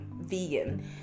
vegan